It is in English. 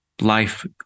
life